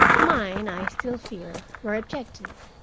mine, i still feel, were objective.